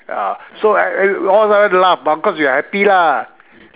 ah so I I I we all laugh but of course we are happy lah